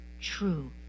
true